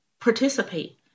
participate